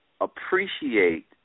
appreciate